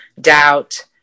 Doubt